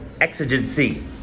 Exigency